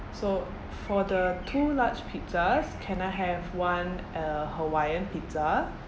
so for the two large pizzas can I have one uh hawaiian pizza